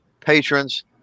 patrons